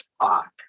talk